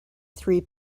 three